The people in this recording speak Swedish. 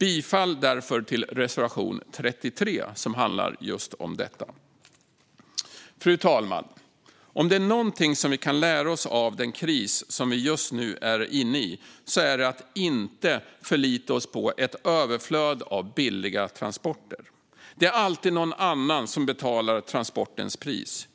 Jag yrkar därför bifall till reservation 33, som handlar om just detta. Fru talman! Om det är någonting som vi kan lära oss av den kris som vi just nu är inne i är det att inte förlita oss på ett överflöd av billiga transporter. Det är alltid någon annan som betalar transportens pris: